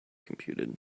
computed